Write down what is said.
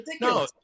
No